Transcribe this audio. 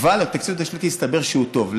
אבל הסתבר שתקציב דו-שנתי הוא טוב.